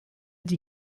die